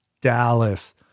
Dallas